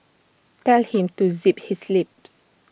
tell him to zip his lips